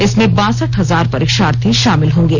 इसमें बासठ हजार परीक्षार्थी शामिल होंगे